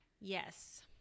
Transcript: Yes